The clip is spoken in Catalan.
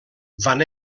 van